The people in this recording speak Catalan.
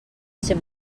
ser